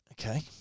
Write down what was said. Okay